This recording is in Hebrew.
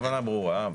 הכוונה ברורה.